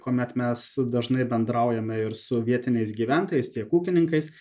kuomet mes dažnai bendraujame ir su vietiniais gyventojais tiek ūkininkais